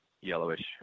yellowish